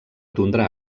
tundra